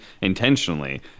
intentionally